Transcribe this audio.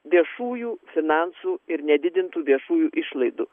viešųjų finansų ir nedidintų viešųjų išlaidų